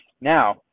Now